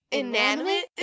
inanimate